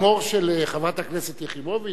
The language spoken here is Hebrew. טומי לפיד הוא האדמו"ר של חברת הכנסת יחימוביץ?